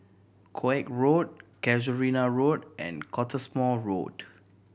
Koek Road Casuarina Road and Cottesmore Road